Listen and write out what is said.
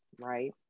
right